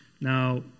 Now